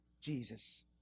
Jesus